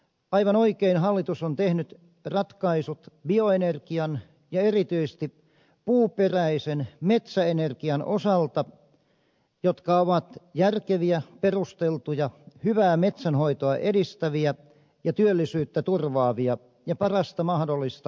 aivan oikein hallitus on tehnyt bioenergian ja erityisesti puuperäisen metsäenergian osalta ratkaisut jotka ovat järkeviä perusteltuja hyvää metsänhoitoa edistäviä ja työllisyyttä turvaavia ja parasta mahdollista aluepolitiikkaa